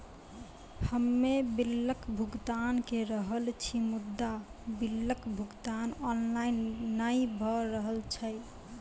हम्मे बिलक भुगतान के रहल छी मुदा, बिलक भुगतान ऑनलाइन नै भऽ रहल छै?